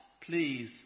please